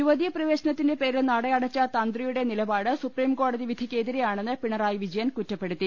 യുവതീ പ്രവേശനത്തിന്റെ പേരിൽ നടയടച്ച തന്ത്രിയുടെ നിലപാട് സുപ്രിംകോടതി വിധിക്കെതിരെയാണെന്ന് പിണറായി വിജയൻ കുറ്റപ്പെ ടുത്തി